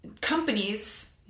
companies